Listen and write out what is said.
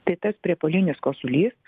tai tas priepuolinis kosulys